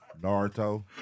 Naruto